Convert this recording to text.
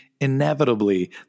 inevitably